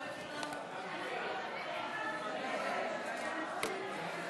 להעביר את הצעת חוק לתיקון פקודת